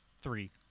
three